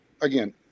Again